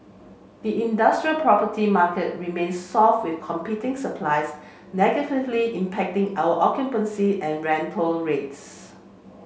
the industrial property market remains soft with competing supply's negatively impacting our occupancy and rental rates